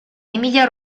emilia